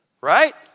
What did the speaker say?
right